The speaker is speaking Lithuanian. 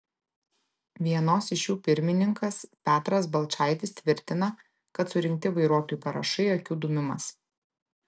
vienos iš jų pirmininkas petras balčaitis tvirtina kad surinkti vairuotojų parašai akių dūmimas